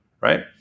right